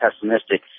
pessimistic